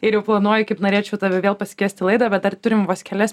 ir jau planuoju kaip norėčiau tave vėl pasikviest į laidą bet dar turim vos kelias